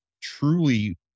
truly